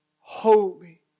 holy